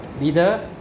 leader